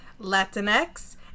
Latinx